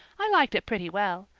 i liked it pretty well.